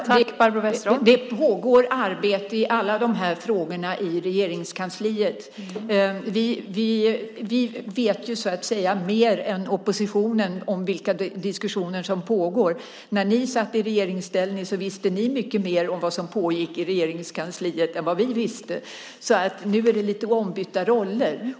Fru talman! Nej, det pågår arbete i alla de här frågorna i Regeringskansliet. Vi vet ju så att säga mer än oppositionen om vilka diskussioner som pågår. När ni satt i regeringsställning visste ni mycket mer om vad som pågick i Regeringskansliet än vad vi visste. Nu är det lite ombytta roller.